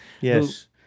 Yes